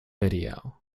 video